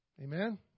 Amen